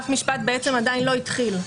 אף משפט בעצם עדיין לא התחיל.